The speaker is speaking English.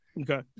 Okay